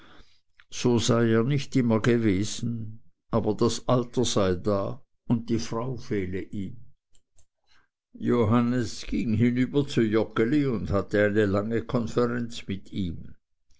so sei er nicht immer gewesen aber das alter sei da und die frau fehle ihm johannes ging hinüber zu joggeli und hatte eine lange konferenz mit ihm